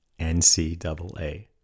NCAA